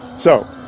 so